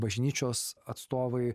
bažnyčios atstovai